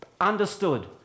understood